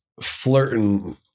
flirting